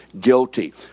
guilty